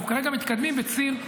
אנחנו כרגע מתקדמים בציר,